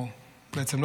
או בעצם,